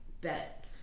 bet